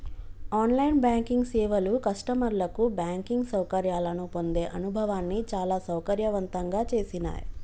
on line banking సేవలు కస్టమర్లకు banking సౌకర్యాలను పొందే అనుభవాన్ని చాలా సౌకర్యవంతంగా చేసినాయ్